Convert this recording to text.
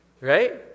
right